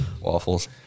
Waffles